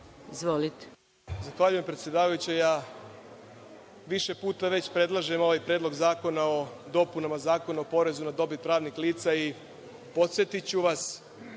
Aleksić** Zahvaljujem, predsedavajuća. Više puta već predlažem ovaj predlog zakona o dopunama Zakona o porezu na dobit pravnih lica, i podsetiću vas,